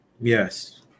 Yes